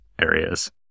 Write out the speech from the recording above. areas